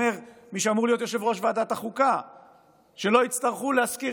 ואומר מי שאמור להיות יושב-ראש ועדת החוקה שלא יצטרכו להשכיר